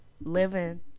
Living